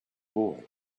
boy